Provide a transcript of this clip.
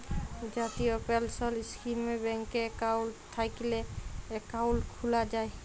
জাতীয় পেলসল ইস্কিমে ব্যাংকে একাউল্ট থ্যাইকলে একাউল্ট খ্যুলা যায়